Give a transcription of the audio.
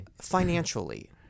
Financially